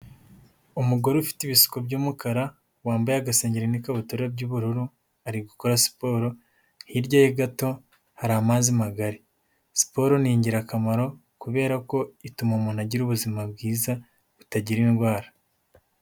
Umugore ufite ibisuko by'umukara wambaye agasengeri n'ibutura by'ubururu ari gukora siporo, hirya ye gato hari amazi magari. Siporo ni ingirakamaro kubera ko ituma umuntu agira ubuzima bwiza butagira indwara.